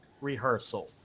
rehearsal